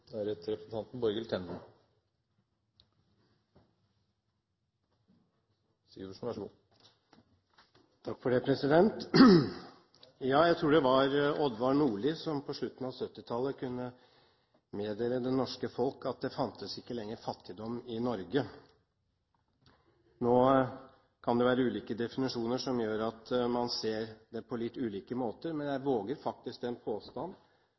Jeg tror det var Odvar Nordli som på slutten av 1970-tallet kunne meddele det norske folk at det ikke lenger fantes fattigdom i Norge. Nå kan det være ulike definisjoner som gjør at man ser det på litt ulike måter, men jeg våger faktisk den påstand